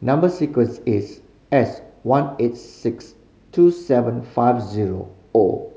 number sequence is S one eight six two seven five zero O